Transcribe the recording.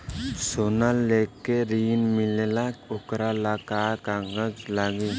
सोना लेके ऋण मिलेला वोकरा ला का कागज लागी?